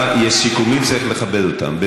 צריך ללמוד את הנאום הזה.